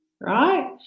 right